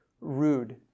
rude